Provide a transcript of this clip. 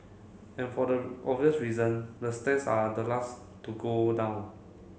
and for the obvious reason the stairs are the last to go down